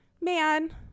man